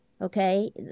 Okay